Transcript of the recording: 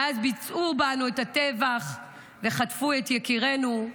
מאז שביצעו בנו את הטבח וחטפו את יקירינו,